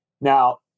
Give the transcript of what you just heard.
Now